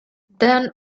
then